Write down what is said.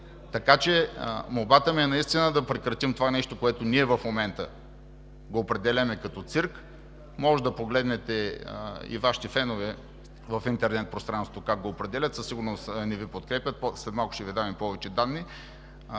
добре. Молбата ми е наистина да прекратим това нещо, което в момента ние го определяме като цирк. Можете да погледнете и Вашите фенове в интернет пространството как го определят. Със сигурност не Ви подкрепят. След малко ще Ви дам и повече данни.